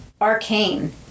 arcane